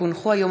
כהרגלנו ביום